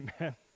Amen